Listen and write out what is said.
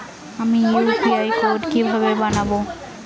আমি UPI code কিভাবে বানাব?